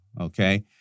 okay